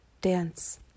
Dance